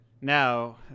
now